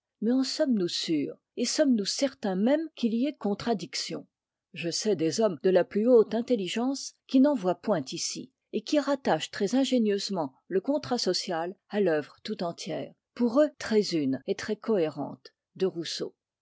mais en sommes-nous sûrs et sommes-nous certains même qu'il y ait contradiction je sais des hommes de la plus haute intelligence qui n'en voient point ici et qui rattachent très ingénieusement le contrat social à l'œuvre tout entière pour eux très une et très cohérente de rousseau